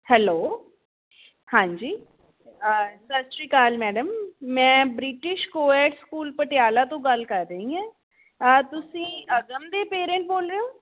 hello ਹਾਂਜੀ ਸਤਿ ਸ਼੍ਰੀ ਅਕਾਲ ਮੈਡਮ ਮੈਂ ਬ੍ਰਿਟਿਸ਼ ਕੋਐਡ ਸਕੂਲ ਪਟਿਆਲਾ ਤੋਂ ਗੱਲ ਕਰ ਰਹੀ ਐਂ ਤੁਸੀਂ ਅਗਮ ਦੇ ਪੇਰੈਂਟਸ ਬੋਲ ਰਹੇ ਹੋ